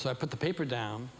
so i put the paper down